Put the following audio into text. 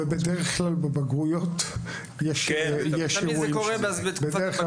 ובדרך כלל בבגרויות יש שם אירועים.